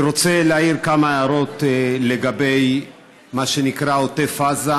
אני רוצה להעיר כמה הערות לגבי מה שנקרא עוטף עזה,